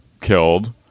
killed